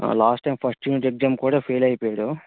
last time first unit exam కూడా fail అయిపోయాడు